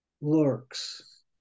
lurks